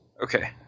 Okay